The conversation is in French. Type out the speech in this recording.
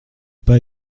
encore